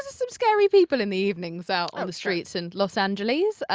some scary people in the evenings out on the streets in los angeles. ah